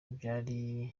byari